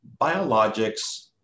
biologics